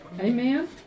amen